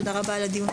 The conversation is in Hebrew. תודה רבה על הדיון.